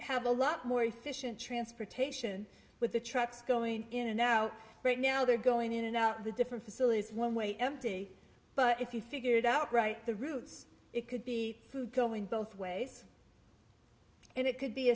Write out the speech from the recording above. have a lot more efficient transportation with the trucks going in and now right now they're going in and out the different facilities one way empty but if you figure it out right the routes it could be going both ways and it could be